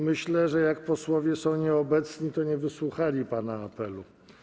Myślę, że jak posłowie są nieobecni, to nie wysłuchali pana apelu.